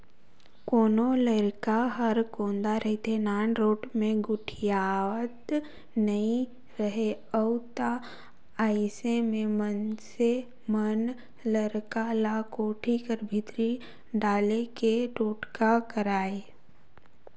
कोनो लरिका हर कोदा रहथे, नानरोट मे गोठियात नी रहें उ ता अइसे मे मइनसे मन लरिका ल कोठी कर भीतरी डाले के टोटका करय